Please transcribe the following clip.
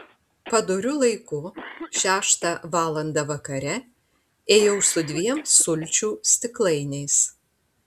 padoriu laiku šeštą valandą vakare ėjau su dviem sulčių stiklainiais